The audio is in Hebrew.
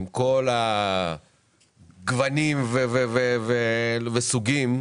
עם כל הגוונים והסוגים,